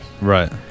Right